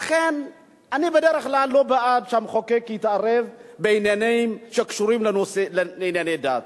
אני בדרך כלל לא בעד שהמחוקק יתערב בעניינים שקשורים לנושאי דת.